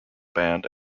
band